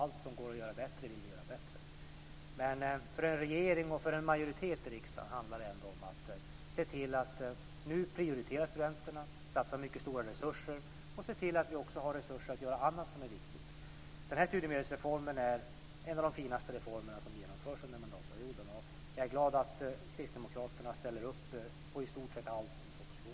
Allt som går att göra bättre vill vi göra bättre. Men för en regering och för en majoritet i riksdagen handlar det ändå om att se till att nu prioritera studenterna, satsa mycket stora resurser och se till att vi också har resurser att göra annat som är viktigt. Denna studiemedelsreform är en av de finaste reformer som genomförs under denna mandatperiod. Jag är glad att kristdemokraterna ställer upp på i stort sett allt i propositionen.